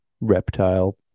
reptile